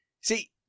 See